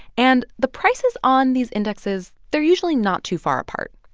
and the prices on these indexes, they're usually not too far apart.